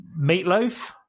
meatloaf